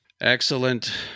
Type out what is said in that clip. Excellent